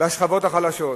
בשכבות החלשות.